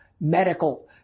Medical